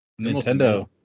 Nintendo